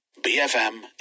BFM